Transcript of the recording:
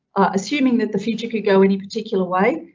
assuming that the future could go any particular way,